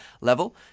level